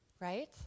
right